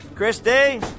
Christy